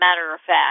matter-of-fact